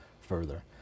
further